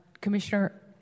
Commissioner